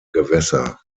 gewässer